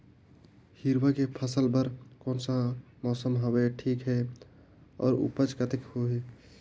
हिरवा के फसल बर कोन सा मौसम हवे ठीक हे अउर ऊपज कतेक होही?